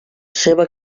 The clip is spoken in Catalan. seva